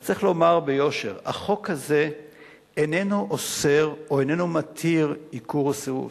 אז צריך לומר ביושר: החוק הזה איננו אוסר או איננו מתיר עיקור או סירוס.